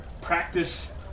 practice